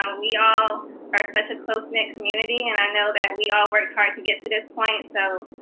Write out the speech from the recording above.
um we all are such a close-knit community and i know that we all worked hard to get to this point. so,